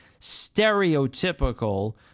stereotypical